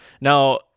Now